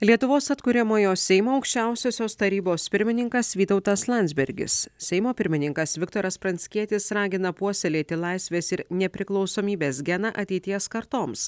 lietuvos atkuriamojo seimo aukščiausiosios tarybos pirmininkas vytautas landsbergis seimo pirmininkas viktoras pranckietis ragina puoselėti laisvės ir nepriklausomybės geną ateities kartoms